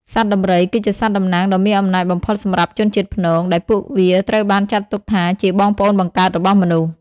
សត្វដំរី គឺជាសត្វតំណាងដ៏មានអំណាចបំផុតសម្រាប់ជនជាតិព្នង ដែលពួកវាត្រូវបានចាត់ទុកថាជាបងប្អូនបង្កើតរបស់មនុស្ស។